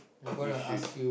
you should